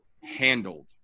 handled